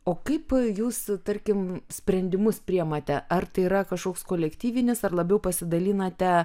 o kaip jūs tarkim sprendimus priimate ar tai yra kažkoks kolektyvinis ar labiau pasidalinate